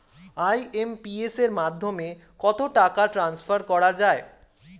IMPS এর মাধ্যমে কত টাকা ট্রান্সফার করা যায়?